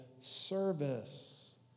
service